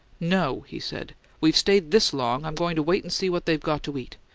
no, he said. we've stayed this long, i'm goin' to wait and see what they got to eat.